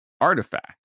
artifact